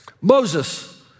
Moses